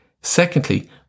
Secondly